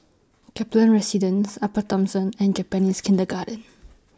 Kaplan Residence Upper Thomson and Japanese Kindergarten